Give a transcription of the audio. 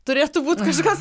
turėtų būt kažkas